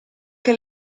che